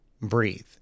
breathe